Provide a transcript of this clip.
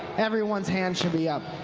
everyone's hand should be up.